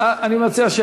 אני מציע,